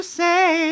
say